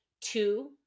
Two